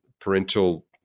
parental